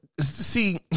see